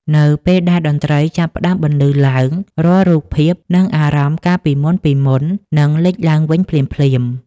នៅពេលដែលតន្ត្រីចាប់ផ្ដើមបន្លឺឡើង រាល់រូបភាព និងអារម្មណ៍កាលពីមុនៗនឹងលេចឡើងវិញភ្លាមៗ